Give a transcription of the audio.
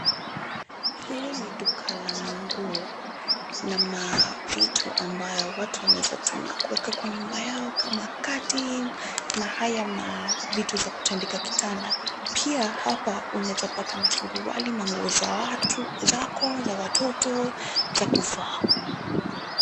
Hili ni duka la manguo na mavitu ambayo watu wanaweza tumia kueka kwa nyumba yao kama curtain na vitu za kutandika kitanda. Pia hapa unaweza pata masuruali, manguo za watu, zako, za watoto, za kuvaa.